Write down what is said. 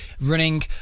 running